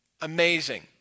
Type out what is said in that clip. amazing